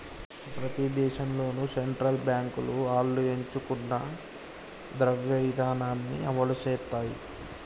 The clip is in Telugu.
ప్రతి దేశంలోనూ సెంట్రల్ బాంకులు ఆళ్లు ఎంచుకున్న ద్రవ్య ఇదానాన్ని అమలుసేత్తాయి